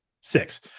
six